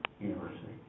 university